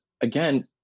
again